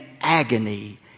agony